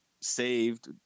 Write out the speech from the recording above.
saved